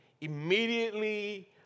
immediately